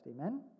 Amen